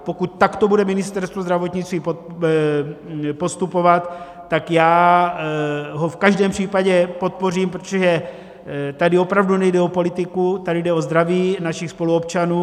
Pokud takto bude Ministerstvo zdravotnictví postupovat, tak já ho v každém případě podpořím, protože tady opravdu nejde o politiku, tady jde o zdraví našich spoluobčanů.